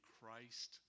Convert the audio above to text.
Christ